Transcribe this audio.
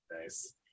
Nice